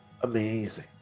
amazing